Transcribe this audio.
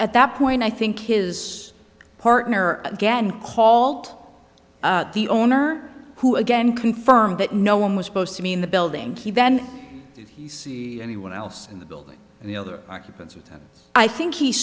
at that point i think his partner again called the owner who again confirmed that no one was supposed to mean the building he then you see anyone else in the building and the other occupants of them i think he